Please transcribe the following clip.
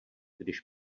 když